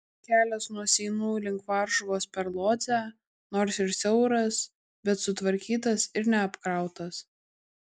kelias nuo seinų link varšuvos per lodzę nors ir siauras bet sutvarkytas ir neapkrautas